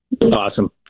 Awesome